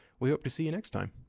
we hope to see you next time.